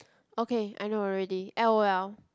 okay I know already L_O_L